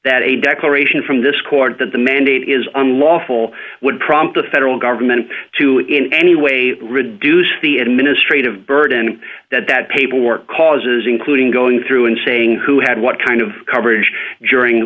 that a declaration from this court that the mandate is on lawful would prompt the federal government to in any way reduce the administrative burden that that paperwork causes including going through and saying who had what kind of coverage during